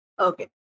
Okay